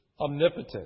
omnipotent